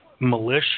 Militia